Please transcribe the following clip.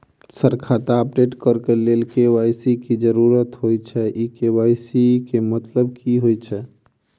Sir खाता update करऽ लेल के.वाई.सी की जरुरत होइ छैय इ के.वाई.सी केँ मतलब की होइ छैय?